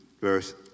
verse